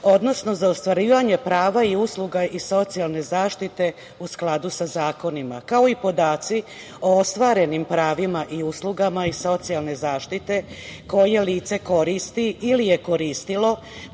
odnosno za ostvarivanje prava i usluga iz socijalne zaštite u skladu sa zakonima kao i podaci o ostvarenim pravima i uslugama iz socijalne zaštite koje lice koristi ili je koristilo,